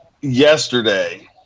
yesterday